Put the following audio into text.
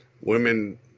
women